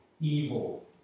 evil